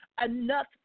enough